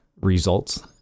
results